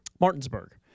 Martinsburg